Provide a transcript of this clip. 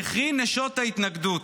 יחי נשות ההתנגדות.